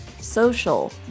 Social